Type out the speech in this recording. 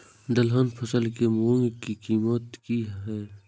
दलहन फसल के मूँग के कीमत की हय?